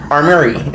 Armory